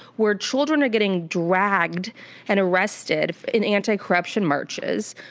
where children are getting dragged and arrested in anti-corruption marches,